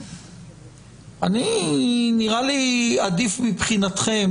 נראה לי עדיף מבחינתכם,